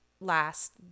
last